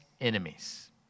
enemies